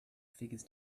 figures